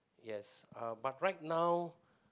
yes uh but right now